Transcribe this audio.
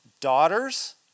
daughters